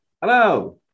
Hello